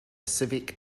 civic